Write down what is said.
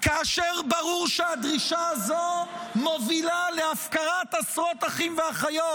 כאשר ברור שהדרישה הזו מובילה להפקרת עשרות אחים ואחיות,